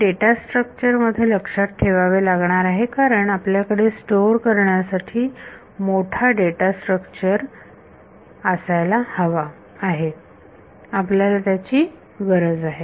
हे data structure मध्ये लक्षात ठेवावे लागणार आहे कारण आपल्याकडे स्टोअर करण्यासाठी मोठा डेटा स्ट्रक्चर असायला हवा आहे आपल्याला त्याची गरज आहे